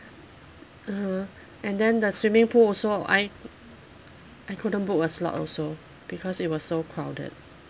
(uh huh) and then the swimming pool also I I couldn't book a slot also because it was so crowded